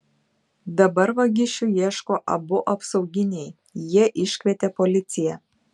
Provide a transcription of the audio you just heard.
dabar vagišių ieško abu apsauginiai jie iškvietė policiją